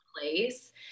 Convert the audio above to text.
place